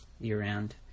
year-round